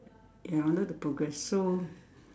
ya I wanted to progress so